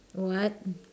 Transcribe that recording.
what